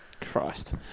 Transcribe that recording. Christ